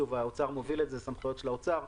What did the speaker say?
האוצר מוביל את זה סמכויות של האוצר.